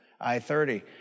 I-30